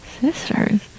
Sisters